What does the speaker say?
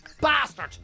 bastard